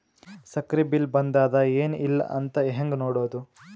ಸಕ್ರಿ ಬಿಲ್ ಬಂದಾದ ಏನ್ ಇಲ್ಲ ಅಂತ ಹೆಂಗ್ ನೋಡುದು?